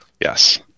Yes